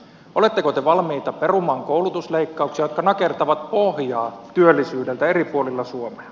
oletteko te valmiita perumaan koulutusleikkauksia jotka nakertavat pohjaa työllisyydeltä eri puolilla suomea